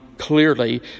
clearly